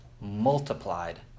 multiplied